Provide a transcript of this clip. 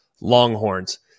Longhorns